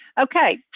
Okay